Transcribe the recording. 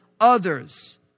others